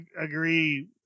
agree